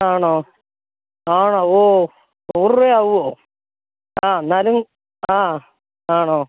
ആണോ ആണോ ഓ നൂറ് രൂപ ആവുമോ ആ എന്നാലും ആ ആണോ